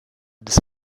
des